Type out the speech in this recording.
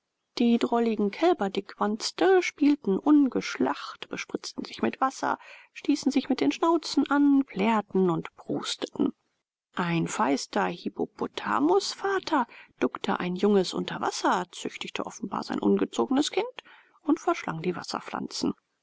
die drolligen kälberdickwanste spielten ungeschlacht bespritzten sich mit wasser stießen sich mit den schnauzen an plärrten und prusteten ein feister hippopotamusvater duckte ein junges unter wasser züchtigte offenbar sein ungezogenes kind und verschlang die wasserpflanzen